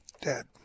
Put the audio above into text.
dead